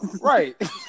Right